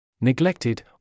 Neglected